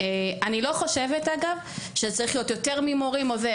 אני לא חושבת שצריך להיות יותר ממורים או זהה,